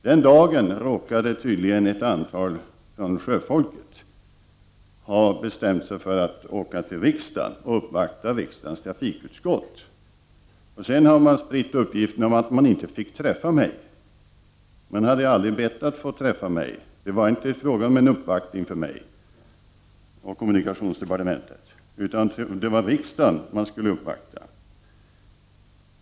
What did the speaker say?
Den dagen råkade tydligen ett antal från sjöfolket ha bestämt sig för att åka till riksdagen och uppvakta riksdagens trafikutskott. Sedan har det spritts en uppgift om att de inte fick träffa mig. Men de hade ju aldrig bett om att få träffa mig, det var inte fråga om en uppvaktning av mig och kommunikationsdepartementet. Det var i stället riksdagen de skulle uppvakta.